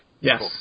Yes